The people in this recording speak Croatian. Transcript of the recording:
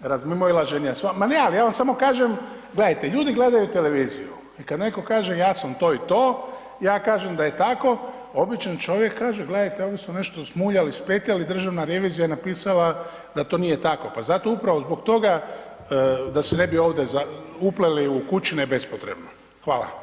razmimoilaženja, ma ne, ali ja vam samo kažem, gledajte, ljudi gledaju televiziju i kad netko kaže ja sam to i to, ja kažem da je tako, običan čovjek kaže, gledajte ovi su nešto smuljali, spetljali, Državna revizija je napisala da to nije tako pa zato upravo zbog toga da se ne bi ovdje upleli u kučine bespotrebno, hvala.